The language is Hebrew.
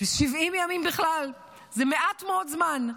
70 ימים, בכלל זה מעט מאוד זמן,